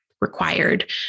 required